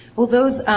well those um